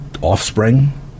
offspring